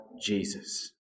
Jesus